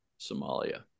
somalia